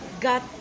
got